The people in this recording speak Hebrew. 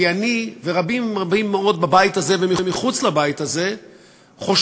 כי אני ורבים רבים מאוד בבית הזה ומחוץ לבית הזה חושבים